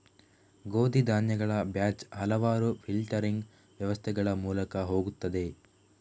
ಗೋಧಿ ಧಾನ್ಯಗಳ ಬ್ಯಾಚ್ ಹಲವಾರು ಫಿಲ್ಟರಿಂಗ್ ವ್ಯವಸ್ಥೆಗಳ ಮೂಲಕ ಹೋಗುತ್ತದೆ